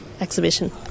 exhibition